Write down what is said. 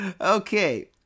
Okay